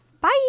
Bye